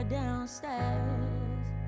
downstairs